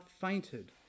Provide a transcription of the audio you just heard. fainted